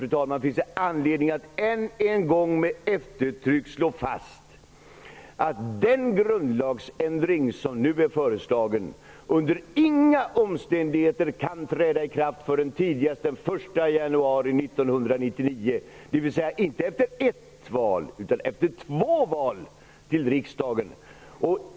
Dessutom finns det anledning att än en gång med eftertryck slå fast att den grundlagsändring som nu är föreslagen under inga omständigheter kan träda i kraft förrän tidigast den 1 januari 1999, dvs. inte efter ett val utan efter två val till riksdagen.